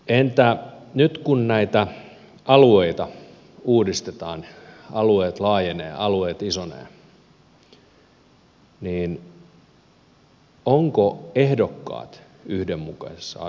entä nyt kun näitä alueita uudistetaan alueet laajenevat alueet isonevat ovatko ehdokkaat yhdenmukaisessa asemassa